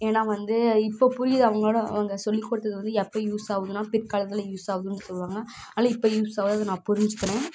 ஏன்னா வந்து இப்போ புரியுது அவங்களோட அவங்க சொல்லி கொடுத்தது வந்து எப்போ யூஸ் ஆகுதுன்னால் பிற்காலத்தில் யூஸ் ஆகுதுன்னு சொல்லுவாங்க அதனால இப்போ யூஸ் ஆகுது அதை நான் புரிஞ்சிக்கிறேன்